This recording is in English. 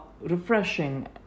refreshing